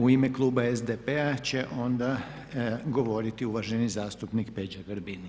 U ime kluba SDP-a će onda govoriti uvaženi zastupnik Peđa Grbin.